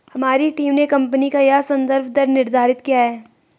हमारी टीम ने कंपनी का यह संदर्भ दर निर्धारित किया है